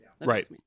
Right